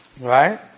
right